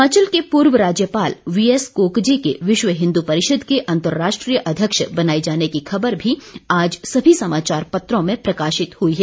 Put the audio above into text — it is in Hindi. हिमाचल के पूर्व राज्यपाल वीएस कोकजे के विश्व हिंदु परिषद के अर्न्तराष्ट्रीय अध्यक्ष बनाये जाने की खबर भी आज सभी समाचार पत्रों में प्रकाशित हुई है